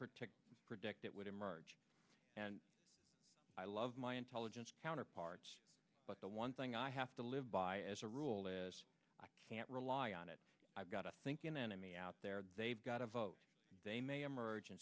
protect predict that would emerge and i love my intelligence counterparts but the one thing i have to live by as a rule is i can't rely on it i've got a thinking enemy out there they've got a vote they may emerg